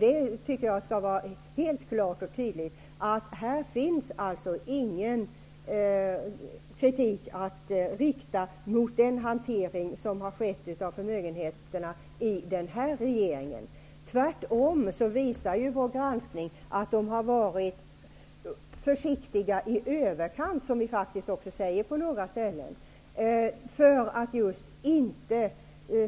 Det skall helt klart och tydligt fastslås att det inte finns någon kritik att rikta mot den hantering som har skett av förmögenheterna i den här regeringen. Tvärtom visar vår granskning att de har varit försiktiga i överkant -- vilket vi faktiskt också säger på några ställen -- just för att inte